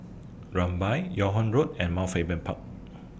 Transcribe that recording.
Rumbia Yung Ho Road and Mount Faber Park